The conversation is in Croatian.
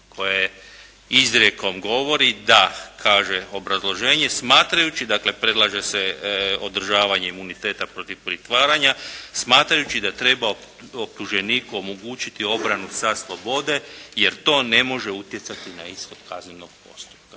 koje izrijekom govori da, kaže obrazloženje smatrajući, dakle predlaže se održavanje imuniteta protiv pritvaranja, smatrajući da treba optuženiku omogućiti obranu sa slobode jer to ne može utjecati na ishod kaznenog postupka.